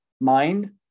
mind